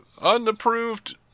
unapproved